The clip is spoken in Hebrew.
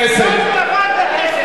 הכנסת,